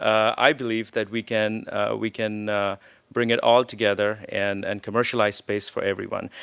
i believe that we can we can bring it all together and and commercialize space for everyone.